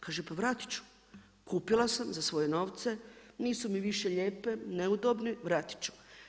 Kaže pa vratit ću, kupila sam za svoje novce, nisu mi više lijepe, neudobne, vratiti ću.